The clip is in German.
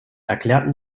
erklärten